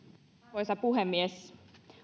arvoisa puhemies